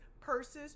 purses